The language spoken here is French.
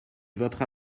votera